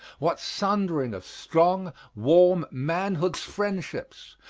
what sundering of strong, warm, manhood's friendships,